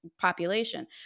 Population